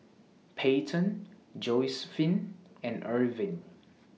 Peyton Josiephine and Erving